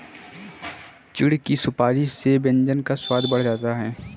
चिढ़ की सुपारी से व्यंजन का स्वाद बढ़ जाता है